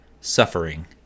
suffering